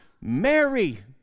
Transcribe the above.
Mary